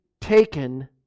taken